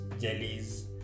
jellies